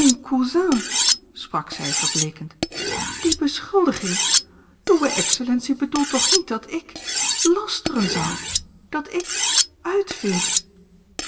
sprak zij verbleekend die beschuldiging uwe excellentie bedoelt toch niet dat ik lasteren zou dat ik uitvindt